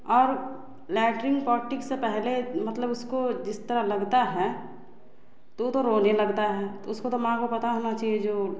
और latrine potty से पहले मतलब उसको जिस तरह लगता है तो तो रोने लगता है तो उसको तो माँ को पता होना चहिए जो